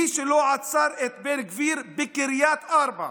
מי שלא עצר את בן גביר בקריית ארבע,